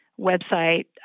website